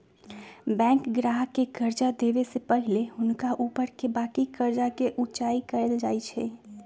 bank गाहक के कर्जा देबऐ से पहिले हुनका ऊपरके बाकी कर्जा के जचाइं कएल जाइ छइ